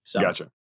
Gotcha